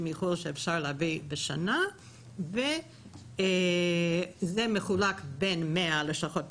מחו"ל שאפשר להביא בשנה וזה מחולק בין 100 לשכות פרטיות.